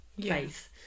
faith